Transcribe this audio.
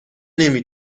نمی